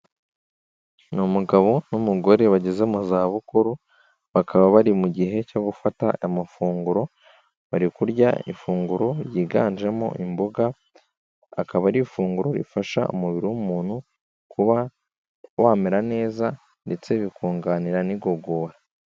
Ni umugabo n'umugore bageze mu zabukuru bakaba bari mu gihe cyo gufata amafunguro bari kurya ifunguro ryiganjemo imboga, akaba ari ifunguro rifasha umubiri w'umuntu kuba wamera neza ndetse bikunganira n'igogora.